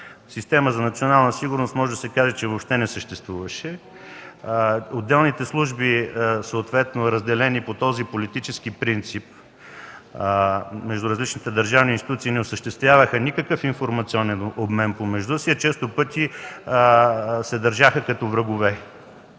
система за национална сигурност въобще не съществуваше. Отделните служби, разделени по политически принцип между различните държавни институции, не осъществяваха никакъв информационен обмен помежду си, а често пъти се държаха като врагове